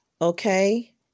Okay